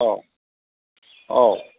औ औ